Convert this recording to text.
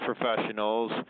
professionals